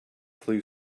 flu